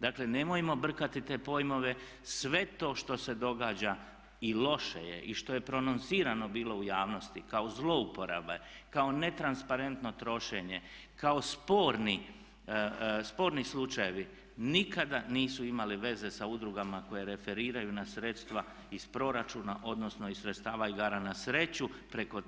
Dakle nemojmo brkati te pojmove, sve to što se događa i loše je i što je prononsirano bilo u javnosti kao zlouporaba, kao netransparentno trošenje, kao sporni slučajevi nikada nisu imali veze sa udrugama koje referiraju na sredstva iz proračuna odnosno iz sredstava igara na sreću preko